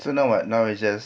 so now what now is just